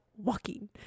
walking